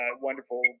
wonderful